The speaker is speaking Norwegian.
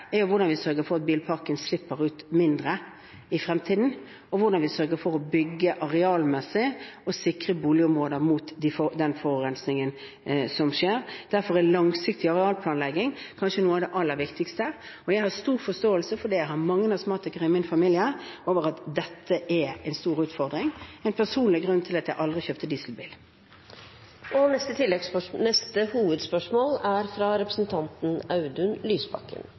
hvordan vi sørger for at bilparken slipper ut mindre i fremtiden, og hvordan vi sørger for å bygge arealmessig og sikre boligområder mot forurensningen som skjer. Derfor er langsiktig arealplanlegging kanskje noe av det aller viktigste. Jeg har stor forståelse for at dette er en stor utfordring, for jeg har mange astmatikere i min familie, og det er en personlig grunn til at jeg aldri kjøpte dieselbil. Vi går da videre til neste hovedspørsmål. I vår felles hjemby er